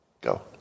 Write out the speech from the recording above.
Go